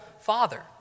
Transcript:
Father